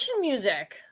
music